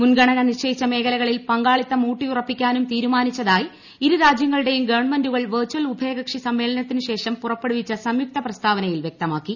മുൻഗണന് നിശ്ചയിച്ചു മേഖലകളിൽ പങ്കാളിത്തം ഊട്ടിയുറപ്പിക്കാനും തീരുമാനിച്ചതായി ഇരു രാജ്യങ്ങളുടെയും ഗവൺമെന്റുകൾ വെർചൽ ഉഭയകക്ഷി സമ്മേളനത്തിന് ശേഷം പുറപ്പെടുവിച്ച സംയുക്ത പ്രസ്താവനയിൽ വ്യക്തമാക്കി